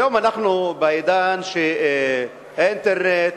היום אנחנו בעידן האינטרנט,